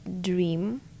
dream